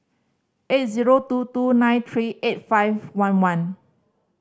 eight zero two two nine three eight five one one